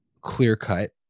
clear-cut